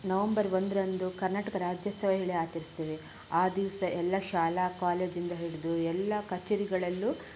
November ಒಂದರಂದು ಕರ್ನಾಟಕ ರಾಜ್ಯೋತ್ಸವ ಹೇಳಿ ಆಚರಿಸ್ತೇವೆ ಆ ದಿವಸ ಎಲ್ಲ ಶಾಲಾ ಕಾಲೇಜಿಂದ ಹಿಡಿದು ಎಲ್ಲ ಕಚೇರಿಗಳಲ್ಲೂ